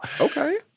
Okay